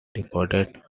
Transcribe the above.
recorded